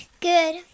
Good